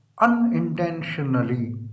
unintentionally